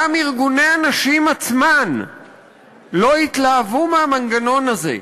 גם ארגוני הנשים עצמם לא התלהבו מהמנגנון הזה.